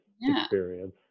experience